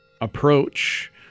approach